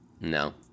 No